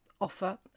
Offer